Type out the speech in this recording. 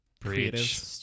creative